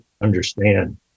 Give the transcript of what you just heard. understand